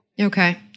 Okay